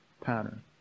pattern